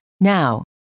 Now